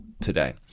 today